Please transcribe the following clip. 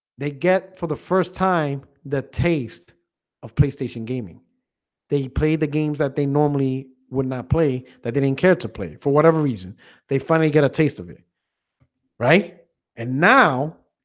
they get for the first time the taste of playstation gaming they play the games that they normally would not play that they didn't care to play for whatever reason they finally get a taste of it right and now